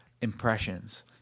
impressions